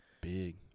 Big